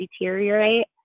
deteriorate